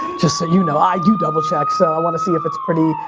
just so you know, i do double check so i want to see if it's pretty,